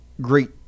great